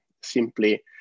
simply